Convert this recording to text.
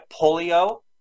polio